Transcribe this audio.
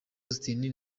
austin